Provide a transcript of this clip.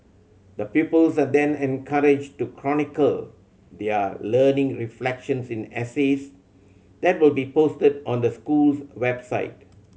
the pupils are then encouraged to chronicle their learning reflections in essays that will be posted on the school's website